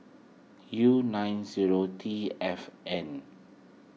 U nine zero T F N